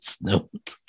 note